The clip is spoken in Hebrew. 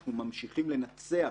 ואנחנו ממשיכים לנצח,